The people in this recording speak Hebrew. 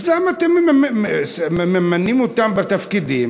אז למה אתם ממנים אותם לתפקידים